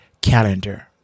calendar